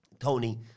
Tony